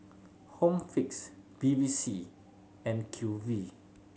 Home Fix Bevy C and Q V